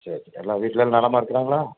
சரி சரி எல்லா வீட்டில் எல்லாரும் நலமாக இருக்குறாங்களா